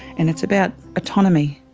and it's about autonomy.